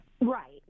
Right